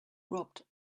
robbed